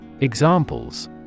Examples